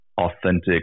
authentic